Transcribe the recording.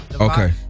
Okay